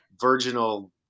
virginal